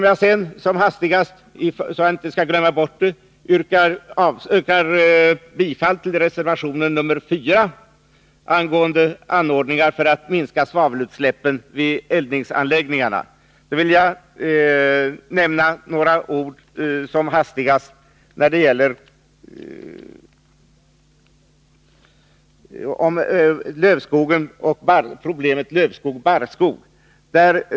Jag vill också yrka bifall till reservation nr 4 angående stöd till anordningar Nr 152 för att minska svavelutsläppen vid eldningsanläggningarna. Tisdagen den Som hastigast vill jag också säga några ord om problemet lövskog-barr 18 maj 1982 skog.